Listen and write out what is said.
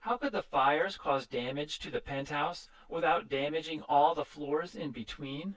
however the fires caused damage to the penthouse without damaging all the floors in between